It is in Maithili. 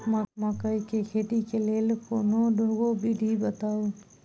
मकई केँ खेती केँ लेल कोनो दुगो विधि बताऊ?